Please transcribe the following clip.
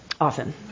often